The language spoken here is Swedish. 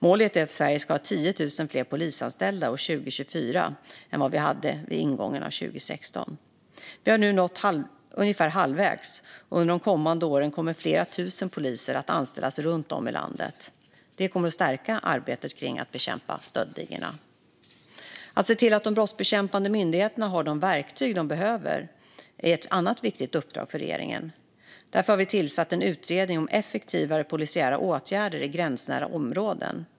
Målet är att Sverige ska ha 10 000 fler polisanställda 2024 än vad vi hade vid ingången av 2016. Vi har nu nått ungefär halvvägs, och under de kommande åren kommer flera tusen poliser att anställas runt om i landet. Det kommer att stärka arbetet med att bekämpa stöldligorna. Att se till att de brottsbekämpande myndigheterna har de verktyg som de behöver är ett annat viktigt uppdrag för regeringen. Därför har vi tillsatt en utredning om effektivare polisiära åtgärder i gränsnära områden.